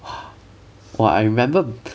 !wah! I remember